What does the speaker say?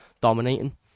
dominating